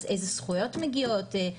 אז איזה זכויות מגיעות,